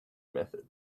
method